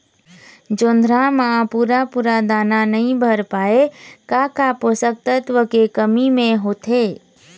जोंधरा म पूरा पूरा दाना नई भर पाए का का पोषक तत्व के कमी मे होथे?